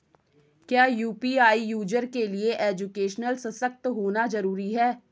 क्या UPI user के लिए एजुकेशनल सशक्त होना जरूरी है?